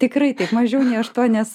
tikrai taip mažiau nei aštuonias